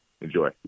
Enjoy